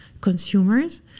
consumers